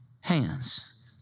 hands